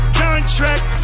contract